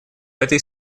этой